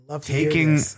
taking